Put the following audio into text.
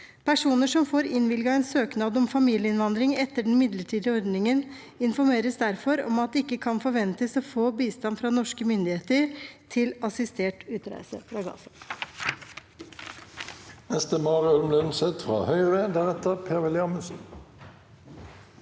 Personer som får innvilget en søknad om familieinnvandring etter den midlertidige ordningen, informeres derfor om at det ikke kan forventes å få bistand fra norske myndigheter til assistert utreise